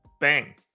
Bang